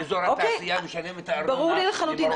אזור התעשייה תשלם את הארנונה במרום הגליל?